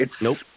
Nope